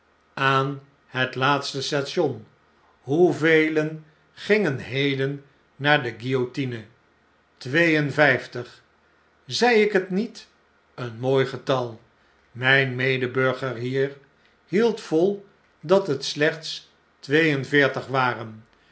aan het laatste station hoevelen gingen heden naar de guillotine twee en vjjftig zei ik het niet een mooi getal mijn medeburger hier hield vol dat er slechts twee en veertig waren